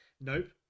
Nope